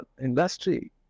industry